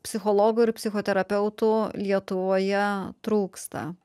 psichologų ir psichoterapeutų lietuvoje trūksta